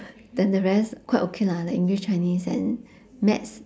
then the rest quite okay lah like english chinese and maths